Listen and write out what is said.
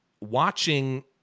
watching